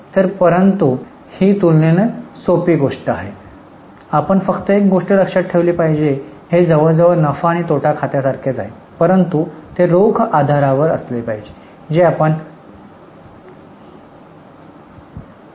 तर परंतु ही तुलनेने सोपी आहे आपण फक्त एक गोष्ट लक्षात ठेवली पाहिजे हे जवळजवळ नफा आणि तोटा खात्यासारखे आहे परंतु ते रोख आधारावर असले पाहिजे जे आपण मला मिळवत आहात